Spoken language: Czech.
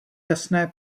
jasné